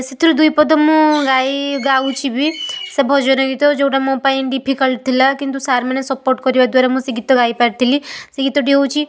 ସେଥିରୁ ଦୁଇ ପଦ ମୁଁ ଗାଇ ଗାଉଛି ବି ସେ ଭଜନ ଗୀତ ଯେଉଁଟା ମୋ ପାଇଁ ଡିଫିକଲ୍ଟ ଥିଲା କିନ୍ତୁ ସାର୍ ମାନେ ସପୋର୍ଟ କରିବା ଦ୍ଵାରା ମୁଁ ସେ ଗୀତ ଗାଇପାରିଥିଲି ସେଇ ଗୀତଟି ହେଉଛି